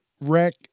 wreck